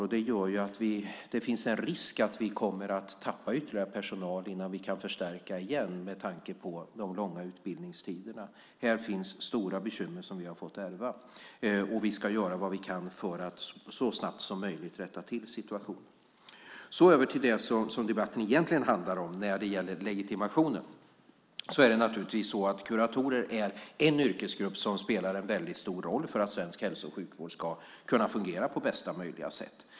Det betyder ju att det finns en risk för att vi kommer att tappa ytterligare personal innan vi kan förstärka igen, med tanke på de långa utbildningstiderna. Här finns stora bekymmer som vi har fått ärva. Vi ska göra vad vi kan för att så snabbt som möjligt rätta till situationen. Så över till det som debatten egentligen handlar om, legitimationen. Kuratorer är naturligtvis en yrkesgrupp som spelar en väldigt stor roll för att svensk hälso och sjukvård ska kunna fungera på bästa möjliga sätt.